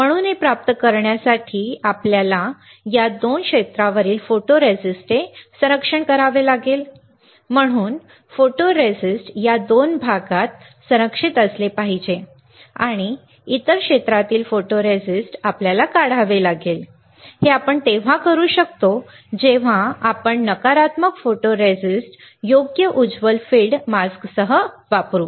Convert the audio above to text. म्हणून हे प्राप्त करण्यासाठी की आम्हाला या 2 क्षेत्रावरील फोटोरिझिस्टचे संरक्षण करावे लागेल म्हणून आमचे फोटोरेस्टिस्ट या दोन भागात संरक्षित असले पाहिजेत आणि इतर क्षेत्रातील फोटोरिस्टिस्ट आम्हाला काढावे लागेल हे आपण तेव्हा करू शकतो जेव्हा आपण नकारात्मक फोटोरिस्टिस्ट योग्य उज्वल फील्ड मास्कसह वापरू